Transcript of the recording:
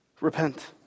Repent